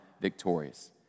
victorious